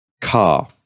car